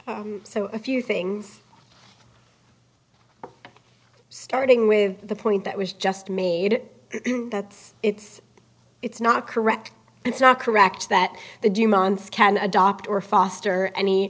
l so a few things starting with the point that was just made it that it's it's not correct it's not correct that the dumont's can adopt or foster any